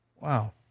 Wow